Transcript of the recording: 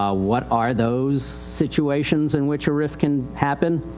ah what are those situations in which a rif can happen?